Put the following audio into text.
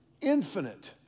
infinite